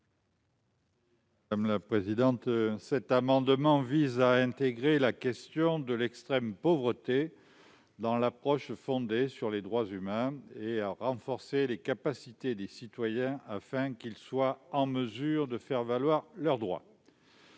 M. Lucien Stanzione. Cet amendement vise à intégrer la question de l'extrême pauvreté dans l'approche fondée sur les droits humains et à renforcer les capacités des citoyens afin qu'ils soient en mesure de faire valoir leurs droits.